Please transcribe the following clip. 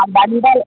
அவன் வந்தால்